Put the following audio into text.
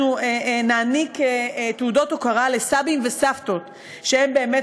נעניק תעודות הוקרה לסבים וסבתות שבאמת